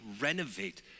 renovate